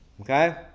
Okay